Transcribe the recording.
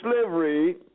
slavery